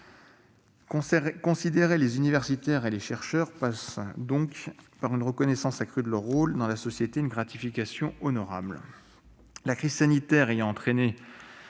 Considérer les universitaires et les chercheurs passe donc par une reconnaissance accrue de leur rôle dans la société et par une gratification honorable.